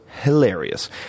hilarious